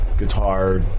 guitar